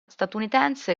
statunitense